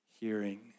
hearing